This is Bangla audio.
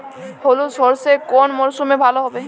হলুদ সর্ষে কোন মরশুমে ভালো হবে?